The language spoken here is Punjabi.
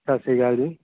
ਸਤਿ ਸ਼੍ਰੀ ਅਕਾਲ ਜੀ